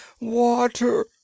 Water